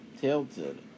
tilted